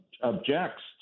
objects